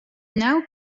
now